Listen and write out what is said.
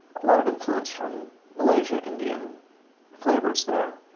a lot of influence from malaysia-indian flavors there.